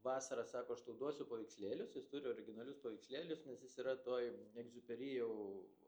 vasarą sako aš tau duosiu paveikslėlius jis turi originalius paveikslėlius nes jis yra toj egziuperi jau